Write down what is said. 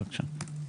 בבקשה.